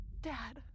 Dad